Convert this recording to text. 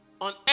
on